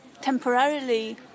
temporarily